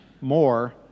more